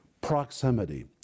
proximity